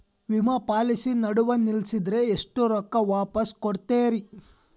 ವಿಮಾ ಪಾಲಿಸಿ ನಡುವ ನಿಲ್ಲಸಿದ್ರ ಎಷ್ಟ ರೊಕ್ಕ ವಾಪಸ್ ಕೊಡ್ತೇರಿ?